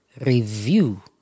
review